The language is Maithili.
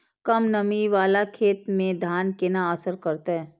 कम नमी वाला खेत में धान केना असर करते?